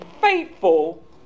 faithful